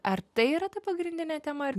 ar tai yra ta pagrindinė tema ar